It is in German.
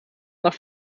nach